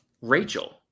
Rachel